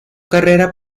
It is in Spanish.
carrera